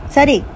Sari